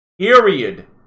period